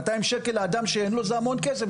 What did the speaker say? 200 ש"ח לאדם שאין לו זה המון כסף.